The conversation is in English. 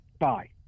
Bye